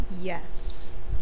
Yes